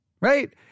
Right